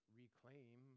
reclaim